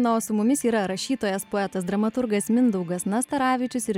na o su mumis yra rašytojas poetas dramaturgas mindaugas nastaravičius ir